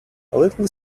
little